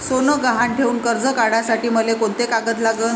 सोनं गहान ठेऊन कर्ज काढासाठी मले कोंते कागद लागन?